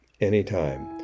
anytime